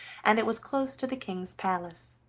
and it was close to the king's palace.